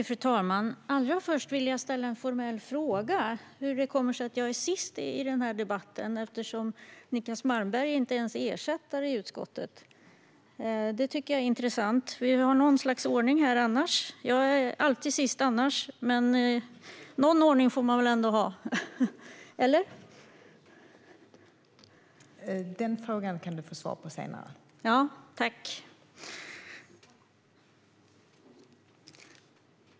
Fru talman! Allra först vill jag ställa en formell fråga. Hur kommer det sig att jag är sist i den här debatten? Niclas Malmberg är ju inte ens ersättare i utskottet. Det tycker jag är intressant. Vi har ju en ordning. Jag är alltid sist annars, men någon ordning får man väl ändå ha, eller? Tack!